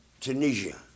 Tunisia